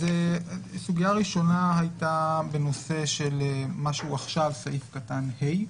הסוגייה הראשונה הייתה בנושא של מה שהוא עכשיו סעיף קטן (ה)